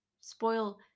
spoil